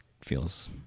feels